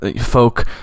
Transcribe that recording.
folk